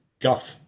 guff